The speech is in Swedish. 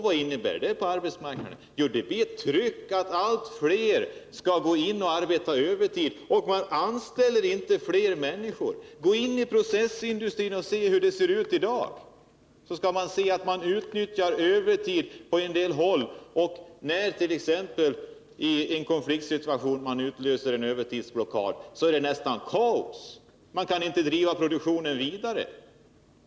Vad innebär det på arbetsmarknaden? Jo, det blir ett tryck att allt fler skall jobba över, och man anställer inte fler människor. Se hur det ser ut inom processindustrin i dag! När övertidsblockad tillgrips i en konfliktsituation blir det nästan kaos. Man kan inte driva produktionen vidare.